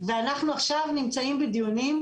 ואנחנו עכשיו נמצאים בדיונים,